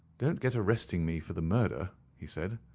don't get arresting me for the murder, he said.